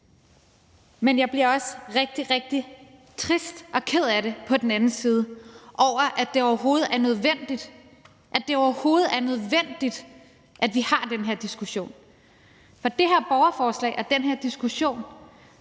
den anden side også rigtig, rigtig trist og ked af det over, at det overhovedet er nødvendigt – at det overhovedet er nødvendigt – at vi har den her diskussion. For det her borgerforslag og den her diskussion